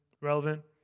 relevant